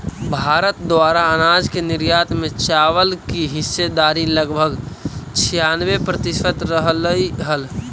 भारत द्वारा अनाज के निर्यात में चावल की हिस्सेदारी लगभग छियानवे प्रतिसत रहलइ हल